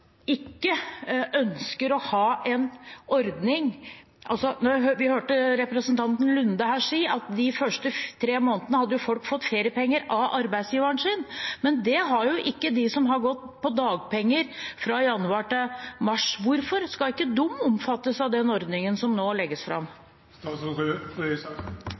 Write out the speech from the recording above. ikke ønsker å ha en ordning – vi hørte representanten Nordby Lunde her si at de første tre månedene hadde jo folk fått feriepenger av arbeidsgiveren sin – det har jo ikke de som har gått på dagpenger fra januar til mars. Hvorfor skal ikke de omfattes av den ordningen som nå legges